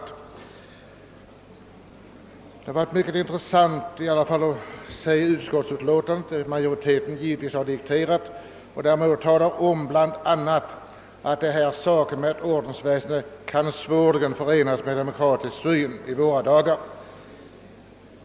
Det har i alla fall varit mycket intressant att se utskottsutlåtandet, som givetvis dikteras av majoriteten och där det talas bland annat om att ordensväsendet svårligen kan förenas med den demokratiska syn vi har i våra dagar.